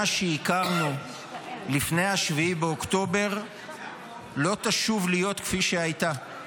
שהכרנו לפני 7 באוקטובר לא תשוב להיות כפי שהייתה,